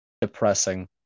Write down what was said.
depressing